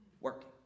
working